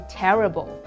terrible